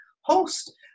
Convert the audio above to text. host